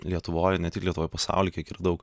lietuvoj ne tik lietuvoj pasauly kiek yra daug